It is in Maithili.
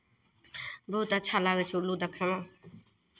बहुत अच्छा लागै छै उल्लू देखैमे